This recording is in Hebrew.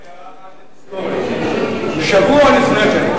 רק הערה אחת לתזכורת: שבוע לפני כן,